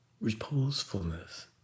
reposefulness